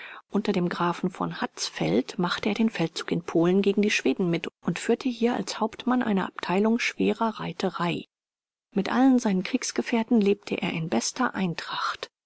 unter dem grafen von hatzfeld machte er den feldzug in polen gegen die schweden mit und führte hier als hauptmann eine abteilung schwerer reiterei mit allen seinen kriesgefährten lebte er in bester eintracht